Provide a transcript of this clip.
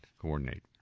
coordinate